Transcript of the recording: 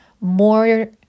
more